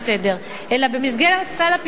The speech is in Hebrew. לא במסגרת הצעה לסדר-היום,